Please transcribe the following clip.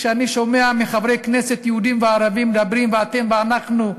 כשאני שומע חברי כנסת יהודים וערבים מדברים "אתם" ו"אנחנו",